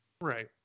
Right